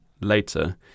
later